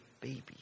baby